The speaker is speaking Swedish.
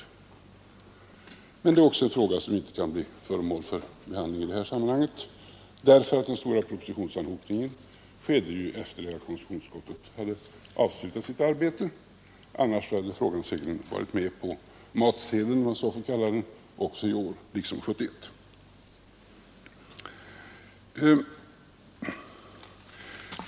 Men även det är en fråga som inte kan bli föremål för behandling i detta sammanhang, därför att den stora propositionsanhopningen skedde efter det att konstitutionsutskottet hade avslutat sitt arbete. Annars hade frågan säkerligen varit med på ”matsedeln”, om jag så får kalla det, också i år liksom den var 1971.